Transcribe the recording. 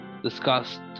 Discussed